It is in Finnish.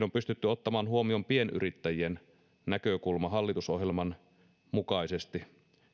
on pystytty ottamaan huomioon pienyrittäjien näkökulma hallitusohjelman mukaisesti